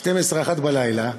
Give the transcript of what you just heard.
24:00 01:00,